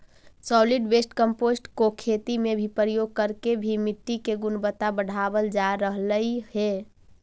solid waste compost को खेती में प्रयोग करके भी मिट्टी की गुणवत्ता बढ़ावाल जा रहलइ हे